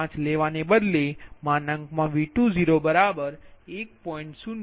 05 લેવાને બદલે V20 1